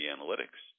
Analytics